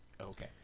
Okay